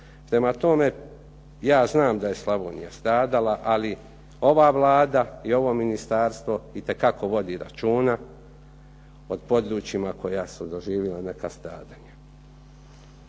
Prema tome, ja znam da je Slavonija stradala, ali ova Vlada i ovo ministarstvo itekako vodi računa o područjima koja su doživjela neka stradanja.